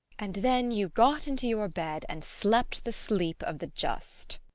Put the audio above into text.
and then you got into your bed, and slept the sleep of the just.